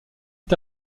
est